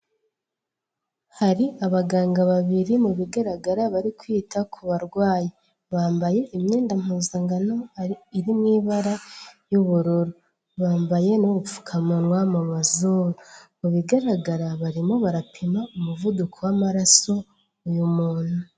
Hari abaganga babiri mu bigaragara bari kwita ku barwayi. Bambaye imyenda mpuzankano iri mu ibara ry'ubururu. Bambaye n'ubupfukamunwa mu mazuru. Mu bigaragara barimo barapima umuvuduko w'amaraso uyu muntu.